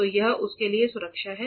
तो यह उसके लिए सुरक्षा है